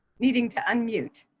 needing to and mute.